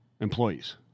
employees